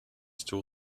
still